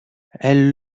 elle